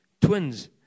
twins